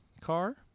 car